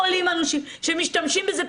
חולים אנושים שמשתמשים בזה.